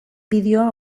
bideoa